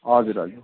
हजुर हजुर